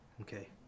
Okay